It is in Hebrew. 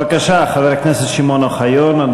בבקשה, חבר הכנסת שמעון אוחיון.